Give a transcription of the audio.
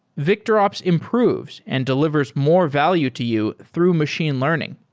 victorops improves and delivers more value to you through machine learning.